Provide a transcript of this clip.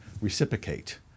reciprocate